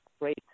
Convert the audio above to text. great